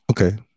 Okay